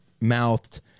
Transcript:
mouthed